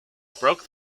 broke